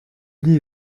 lit